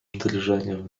drżeniem